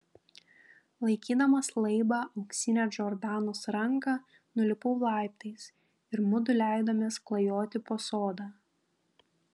laikydamas laibą auksinę džordanos ranką nulipau laiptais ir mudu leidomės klajoti po sodą